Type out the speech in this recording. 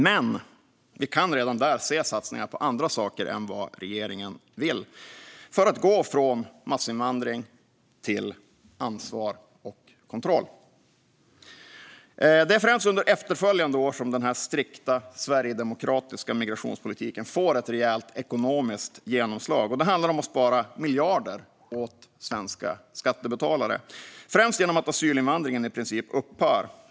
Men vi kan redan där se satsningar på andra saker än vad regeringen vill för att vi ska gå från massinvandring till ansvar och kontroll. Det är främst under efterföljande år som den strikta sverigedemokratiska migrationspolitiken får ett rejält ekonomiskt genomslag. Det handlar om att spara miljarder åt svenska skattebetalare, främst genom att asylinvandringen i princip upphör.